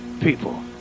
people